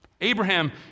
Abraham